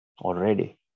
already